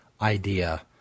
idea